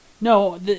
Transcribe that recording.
No